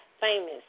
famous